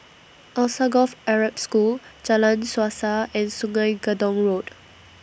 Alsagoff Arab School Jalan Suasa and Sungei Gedong Road